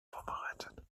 vorbereitet